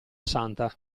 santa